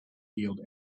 field